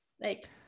like-